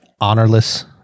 honorless-